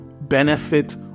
benefit